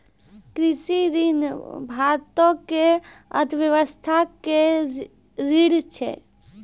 कृषि ऋण भारतो के अर्थव्यवस्था के रीढ़ छै